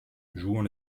jouant